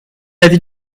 l’avis